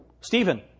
Stephen